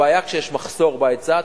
הבעיה כשיש מחסור בהיצע,